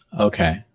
Okay